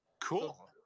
Cool